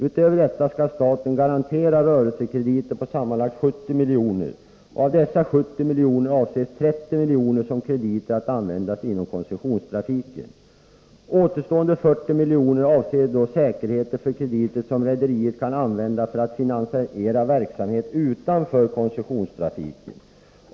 Utöver detta skall staten garantera rörelsekrediter på sammanlagt 70 milj.kr. Av dessa 70 miljoner avses 30 miljoner utgöra krediter att användas inom koncessionstrafiken. Återstående 40 milj.kr. avser då säkerheter för krediter som rederiet kan använda för att finansiera verksamhet utanför koncessionstrafiken.